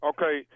Okay